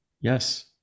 Yes